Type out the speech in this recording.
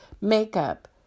makeup